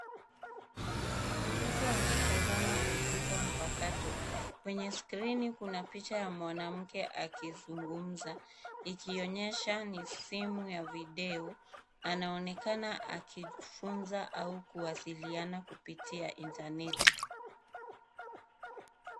Mtoto anatazama kompyuta mpakato. Kwenye skrini kuna picha ya mwanamke akizungumza, ikionyesha ni simu ya video. Anaonekana akifunza au kuwasiliana kupitia intaneti.